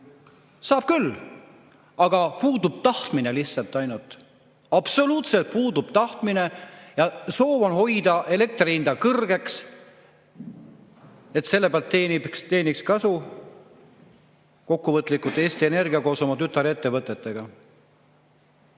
Saab küll, aga puudub ainult tahtmine. Absoluutselt puudub tahtmine ja soov on hoida elektri hinda kõrgel, et selle pealt teeniks kasu kokkuvõtlikult Eesti Energia koos oma tütarettevõtetega.